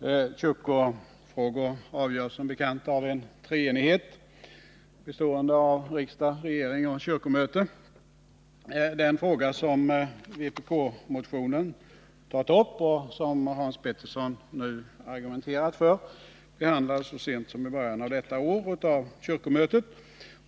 Herr talman! Kyrkofrågor avgörs som bekant av en treenighet bestående av riksdag, regering och kyrkomöte. Den fråga som vpk-motionen tagit upp och som Hans Petersson i Hallstahammar nu argumenterat för behandlades så sent som i början av detta år av kyrkomötet.